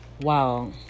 Wow